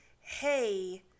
hey